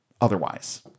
otherwise